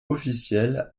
officielle